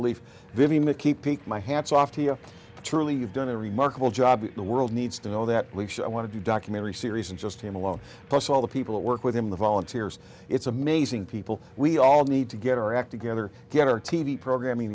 belief vivian mckee pique my hat's off to you truly you've done a remarkable job the world needs to know that i want to do a documentary series and just him alone plus all the people who work with him the volunteers it's amazing people we all need to get our act together get our t v programming